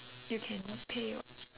you can pay [what]